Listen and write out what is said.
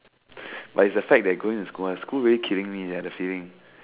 but it's the fact that going to school ah school really killing me sia the feeling